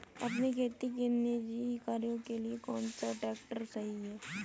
अपने खेती के निजी कार्यों के लिए कौन सा ट्रैक्टर सही है?